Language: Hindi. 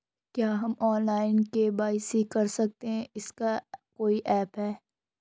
क्या हम ऑनलाइन के.वाई.सी कर सकते हैं इसका कोई ऐप है?